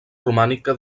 romànica